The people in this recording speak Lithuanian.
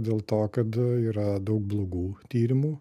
dėl to kad yra daug blogų tyrimų